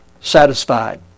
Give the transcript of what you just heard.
satisfied